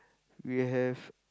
we have